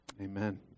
Amen